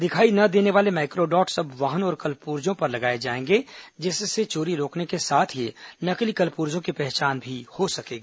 दिखाई न देने वाले माइक्रोडॉट्स अब वाहनों और उनके पुर्जो पर लगाए जाएंगे जिससे चोरी रोकने के साथ ही नकली कलपुर्जों की पहचान हो सकेगी